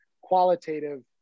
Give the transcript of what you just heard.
qualitative